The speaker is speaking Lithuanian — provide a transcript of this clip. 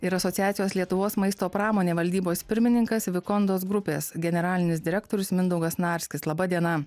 ir asociacijos lietuvos maisto pramonė valdybos pirmininkas vikondos grupės generalinis direktorius mindaugas snarskis laba diena